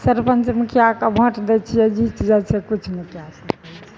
सरपंच मुखिया कऽ भोंट दै छियै जीत जाइ छै कुछ नै कए सकै छै